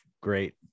great